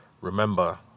remember